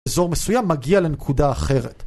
אזור מסוים מגיע לנקודה אחרת.